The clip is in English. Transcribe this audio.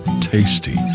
tasty